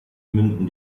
münden